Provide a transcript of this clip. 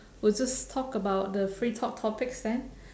we just talk about the free talk topics then